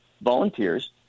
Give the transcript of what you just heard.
volunteers